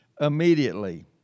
immediately